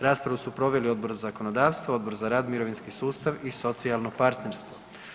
Raspravu su proveli Odbor za zakonodavstvo te Odbora za rad, mirovinski sustav i socijalno partnerstvo.